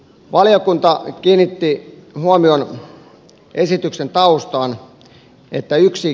valiokunta kiinnitti huomion esityksen taustaan